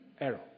Error